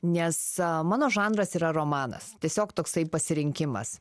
nes mano žanras yra romanas tiesiog toksai pasirinkimas